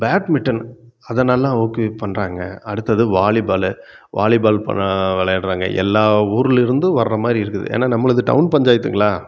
badminton அதை நல்லா ஊக்குவிப்பு பண்ணுறாங்க அடுத்தது வாலிபாலு வாலிபால் விளையாடுறாங்க எல்லா ஊரிலருந்தும் வர்ற மாதிரி இருக்குது ஏன்னால் நம்மளுது டவுன் பஞ்சாயத்துங்களா